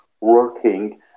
working